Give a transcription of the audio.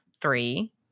three